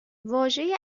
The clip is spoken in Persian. واژه